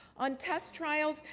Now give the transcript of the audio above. on test trials,